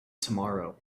tomorrow